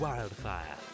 Wildfire